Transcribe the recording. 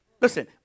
Listen